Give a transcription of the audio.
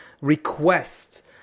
request